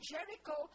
Jericho